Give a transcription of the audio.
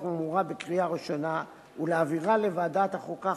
האמורה בקריאה ראשונה ולהעבירה לוועדת החוקה,